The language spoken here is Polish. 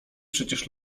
przecież